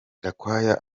gakwaya